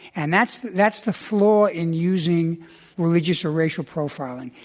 and that's that's the flaw in using religious or racial profiling,